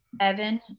Evan